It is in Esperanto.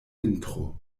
vintro